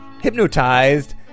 hypnotized